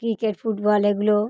cricket football এগুলো